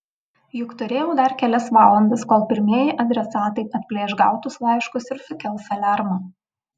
juk turėjau dar kelias valandas kol pirmieji adresatai atplėš gautus laiškus ir sukels aliarmą